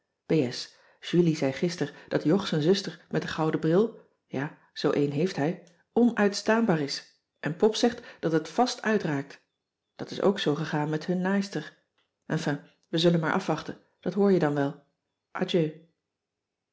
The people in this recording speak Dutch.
julie zei gister dat jog z'n zuster met den gouden bril ja zoo een heeft hij onuitstaanbaar is en pop zegt dat het vast uitraakt dat is ook zoo gegaan met hun naaister enfin we zullen maar afwachten dat hoor je dan wel adieu